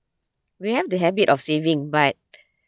we have the habit of saving but